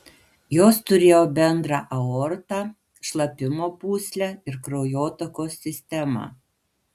jos turėjo bendrą aortą šlapimo pūslę ir kraujotakos sistemą